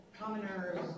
commoners